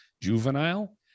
juvenile